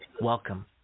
welcome